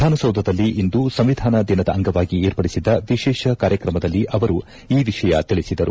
ವಿಧಾನಸೌಧದಲ್ಲಿ ಇಂದು ಸಂವಿಧಾನ ದಿನದ ಅಂಗವಾಗಿ ವಿರ್ಪಡಿಸಿದ್ದ ವಿಶೇಷ ಕಾರ್ಯಕ್ರಮದಲ್ಲಿ ಅವರು ಈ ವಿಷಯ ತಿಳಿಸಿದರು